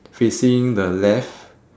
facing the left